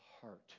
heart